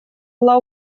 была